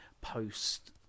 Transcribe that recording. post